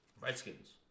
Redskins